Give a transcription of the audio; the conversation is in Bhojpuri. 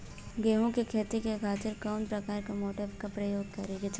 गेहूँ के खेती के खातिर कवना प्रकार के मोटर के प्रयोग करे के चाही?